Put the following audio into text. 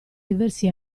diversi